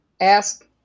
ask